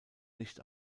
nicht